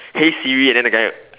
hey Siri and then the guy